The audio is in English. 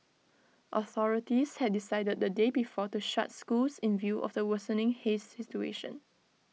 authorities had decided the day before to shut schools in view of the worsening haze situation